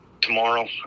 tomorrow